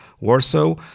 Warsaw